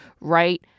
right